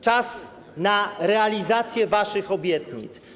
Czas na realizację waszych obietnic.